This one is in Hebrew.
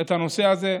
את הנושא הזה.